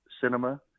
cinema